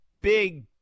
big